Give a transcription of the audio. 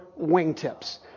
wingtips